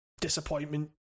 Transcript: disappointment